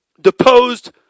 deposed